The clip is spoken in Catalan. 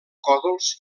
còdols